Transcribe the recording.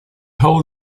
hold